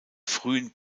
frühen